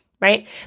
right